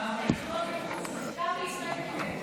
רשימת דוברים.